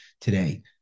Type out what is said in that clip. today